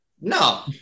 No